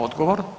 Odgovor.